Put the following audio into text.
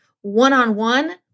one-on-one